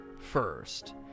first